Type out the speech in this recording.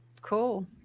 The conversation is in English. Cool